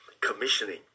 Commissioning